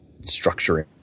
structuring